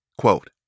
Quote